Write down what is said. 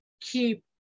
keep